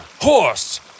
horse